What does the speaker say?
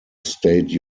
state